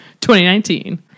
2019